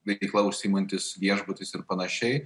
veikla užsiimantis viešbutis ir panašiai